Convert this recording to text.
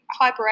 hyperactive